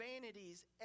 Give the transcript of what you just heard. vanities